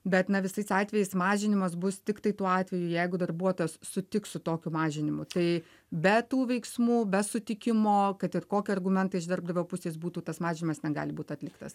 bet ne visais atvejais mažinimas bus tiktai tuo atveju jeigu darbuotojas sutiks su tokiu mažinimu tai be tų veiksmų be sutikimo kad ir kokie argumentai iš darbdavio pusės būtų tas mažinimas negali būt atliktas